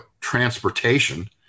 transportation